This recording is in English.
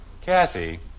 Kathy